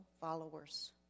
followers